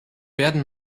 werden